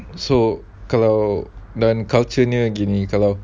so kalau dan culture nya begini